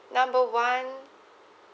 number one